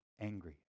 angry